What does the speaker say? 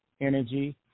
energy